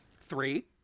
Three